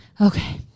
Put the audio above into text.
Okay